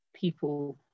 people